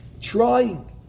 trying